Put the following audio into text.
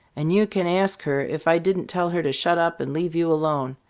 and you can ask her if i didn't tell her to shut up and leave you alone,